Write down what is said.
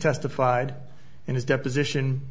testified in his deposition